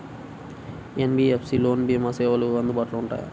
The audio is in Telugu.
ఎన్.బీ.ఎఫ్.సి లలో భీమా సేవలు అందుబాటులో ఉంటాయా?